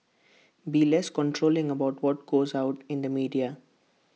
be less controlling about what goes out in the media